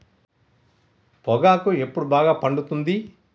పొగాకు ఎప్పుడు బాగా పండుతుంది?